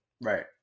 Right